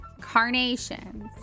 Carnations